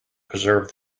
preserve